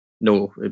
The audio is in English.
No